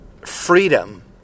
Freedom